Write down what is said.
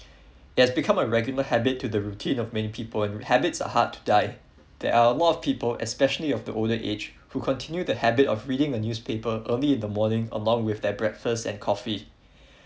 it has become a regular habit to the routine of many people and habits are hard to die there are a lot of people especially of older age who continue the habit of reading the newspaper early in the morning along with their breakfast and coffee